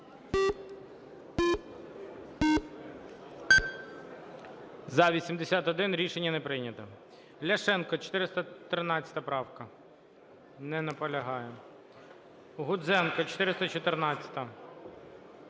За-81 Рішення не прийнято. Ляшенко, 413 правка. Не наполягає. Гузенко, 414-а.